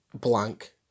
blank